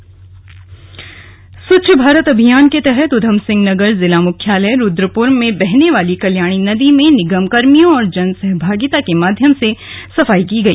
स्वच्छता स्वच्छ भारत अभियान के तहत ऊधमसिंह नगर जिला मुख्यालय रुद्रपुर में बहने वाली कल्याणी नदी में निगम कर्मियों और जन सहभागिता के माध्यम से सफाई की गई